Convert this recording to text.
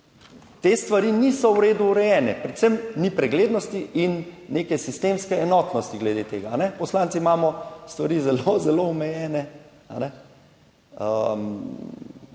te stvari niso v redu urejene, predvsem ni preglednosti in neke sistemske enotnosti glede tega. Poslanci imamo stvari zelo, zelo omejene,